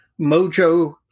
mojo